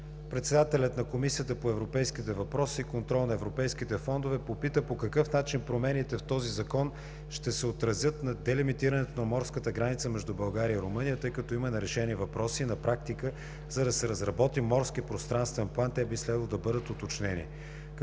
председателят на Комисията по европейските въпроси и контрол на европейските фондове попита по какъв начин промените в този закон ще се отразят на делимитирането на морската граница между България и Румъния, тъй като има нерешени въпроси и на практика, за да се разработи морски пространствен план те би следвало да бъдат уточнени.